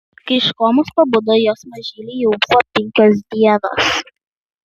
kai iš komos pabudo jos mažylei jau buvo penkios dienos